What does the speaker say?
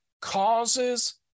causes